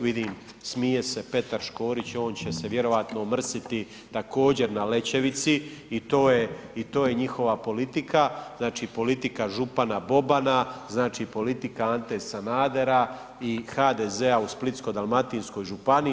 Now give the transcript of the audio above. Vidim, smije se Petar Škorić, on će se vjerojatno omrsiti također, na Lećevici i to je njihova politika, znači politika župana Bobana, politika Ante Sanadera i HDZ-a u Splitsko-dalmatinskoj županiji.